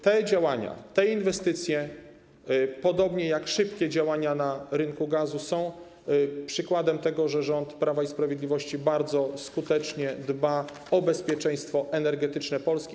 Te działania, te inwestycje, podobnie jak szybkie działania na rynku gazu, są przykładem tego, że rząd Prawa i Sprawiedliwości bardzo skutecznie dba o bezpieczeństwo energetyczne Polski.